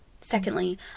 secondly